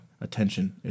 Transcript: attention